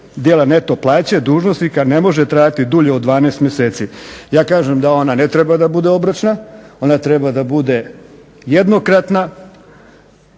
dijela neto plaće dužnosnika ne može trajati dulje od 12 mjeseci. Ja kažem da ona ne treba da bude obročna, ona treba da bude jednokratna,